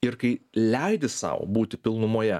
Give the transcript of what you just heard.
ir kai leidi sau būti pilnumoje